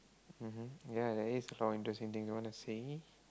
mmhmm ya there is something you want to see